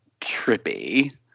trippy